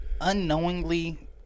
Unknowingly